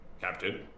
Captain